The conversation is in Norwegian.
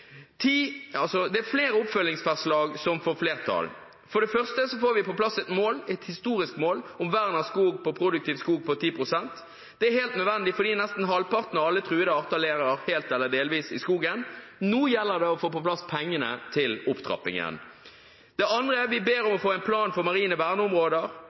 Det er flere oppfølgingsforslag som får flertall. For det første får vi på plass et historisk mål om vern av 10 pst. av produktiv skog. Det er helt nødvendig, fordi nesten halvparten av alle truede arter lever helt eller delvis i skogen. Nå gjelder det å få på plass pengene til opptrappingen. Det andre er at vi ber om å få en plan for marine verneområder.